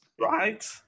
right